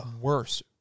worse